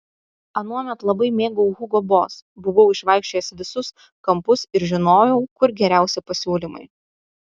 anuomet labai mėgau hugo boss buvau išvaikščiojęs visus kampus ir žinojau kur geriausi pasiūlymai